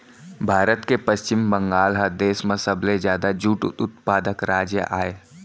भारत के पस्चिम बंगाल ह देस म सबले जादा जूट उत्पादक राज अय